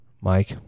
Mike